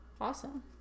awesome